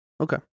Okay